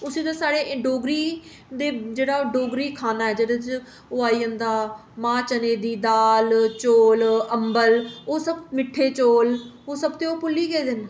उसी ते साढ़े डोगरी दे जेह्ड़ा ओह् डोगरी खाना ऐ जेह्दे च ओह् आई जंदा मां चने दी दाल चौल अंबल ओह् सब मिट्ठे चौल ओह् सब ते ओह् भुल्ली गेदे न